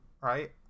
right